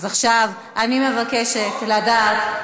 אז עכשיו אני מבקשת לדעת,